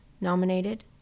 nominated